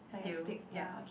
still ya